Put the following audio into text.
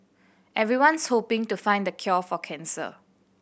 everyone's hoping to find the cure for cancer